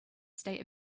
state